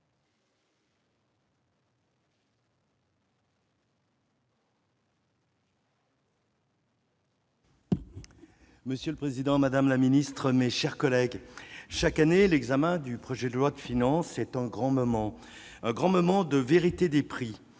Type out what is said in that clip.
Monsieur le président, madame la ministre, mes chers collègues, chaque année, l'examen du projet de loi de finances est un grand moment de « vérité des prix